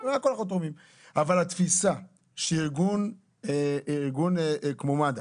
אבל עצם זה שארגון כמו מד"א